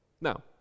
Now